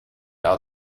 out